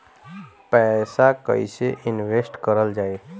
पैसा कईसे इनवेस्ट करल जाई?